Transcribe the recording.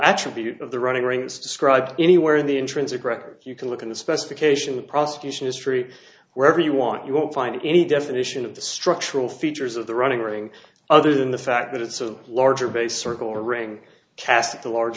attribute of the running rings described anywhere in the intrinsic record you can look in the specification of prosecution history wherever you want you won't find any definition of the structural features of the running ring other than the fact that it's a larger base circle or a ring cast at the large